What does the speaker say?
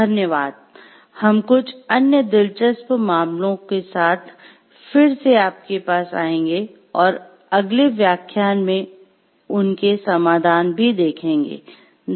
धन्यवाद हम कुछ अन्य दिलचस्प मामलों साथ फिर से आपके पास आएंगे और अगले व्याख्यान में उनके समाधान भी देखेंगे